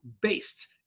based